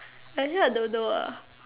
actually I don't know ah